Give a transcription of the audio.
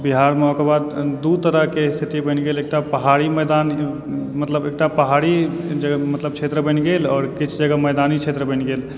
बिहारमे ओकर बाद दू तरहकेँ स्थिति बनि गेल एकटा पहाड़ी मैदान मतलब एकटा पहाड़ी मतलब क्षेत्र बनि गेल आओर किछु जगह मैदानी क्षेत्र बनि गेल